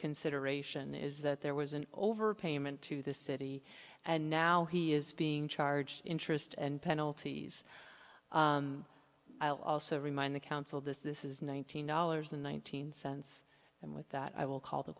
consideration is that there was an overpayment to the city and now he is being charged interest and penalties i'll also remind the council this this is one thousand dollars in one thousand sense and with that i will call the